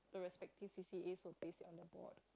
the respective C_C_As will paste it on the board